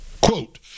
Quote